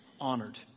Honored